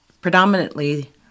predominantly